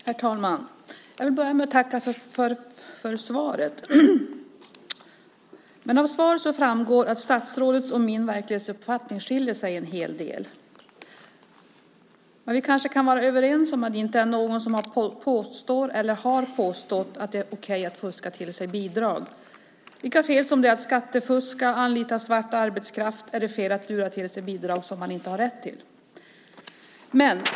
Herr talman! Jag vill börja med att tacka för svaret. Av svaret framgår att statsrådets och min verklighetsuppfattning skiljer sig en hel del. Men vi kan kanske vara överens om att det inte är någon som påstår eller som har påstått att det är okej att fuska till sig bidrag. Det är lika fel att skattefuska och anlita svart arbetskraft som att lura till sig bidrag som man inte har rätt till.